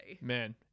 man